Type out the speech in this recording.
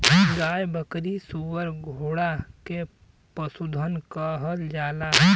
गाय बकरी सूअर घोड़ा के पसुधन कहल जाला